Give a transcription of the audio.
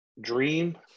dream